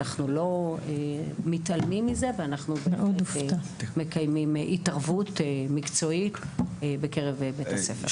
אנחנו לא מתעלמים ומקיימים התערבות מקצועית בקרב בית הספר.